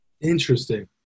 Interesting